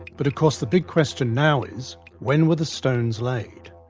but of course the big question now is when where the stones laid?